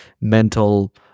mental